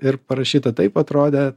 ir parašyta taip atrodė